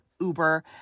Uber